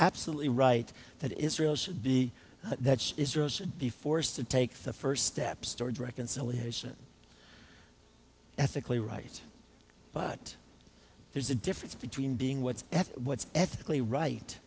absolutely right that israel should be that israel should be forced to take the first steps toward reconciliation ethically right but there's a difference between being what's what's ethically right